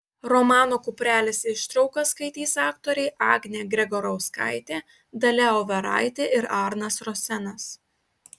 romano kuprelis ištrauką skaitys aktoriai agnė gregorauskaitė dalia overaitė ir arnas rosenas